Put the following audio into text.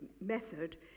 method